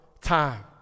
time